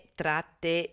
tratte